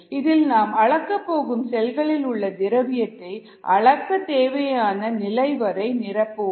இதில் நாம் அளக்க போகும் செல்களிலுள்ள திரவியத்தை அளக்க தேவையான நிலைவரை நிரப்புவோம்